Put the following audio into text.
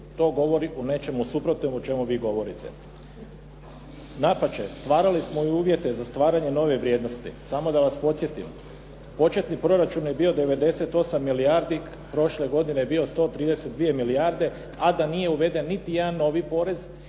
To govori o nečemu suprotnom o čemu vi govorite. Dapače, stvarali smo i uvjete za stvaranje nove vrijednosti. Samo da vas podsjetim. Početni proračun je bio 98 milijardi, prošle godine bio je 132 milijarde, a da nije uveden niti jedan novi porez